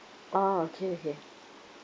ah okay okay